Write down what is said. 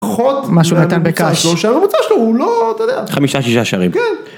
פחות... מה שהוא נתן בק״ש. מהממוצע שלו, שהממוצע שלו, הוא לא, אתה יודע, חמישה-שישה שערים, כן.